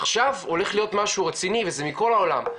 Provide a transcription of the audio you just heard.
עכשיו הולך להיות משהו רציני וזה מכל העולם,